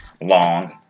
long